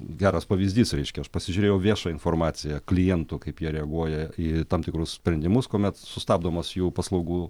geras pavyzdys reiškia aš pasižiūrėjau viešą informaciją klientų kaip jie reaguoja į tam tikrus sprendimus kuomet sustabdomas jų paslaugų